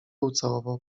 ucałował